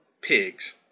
Pigs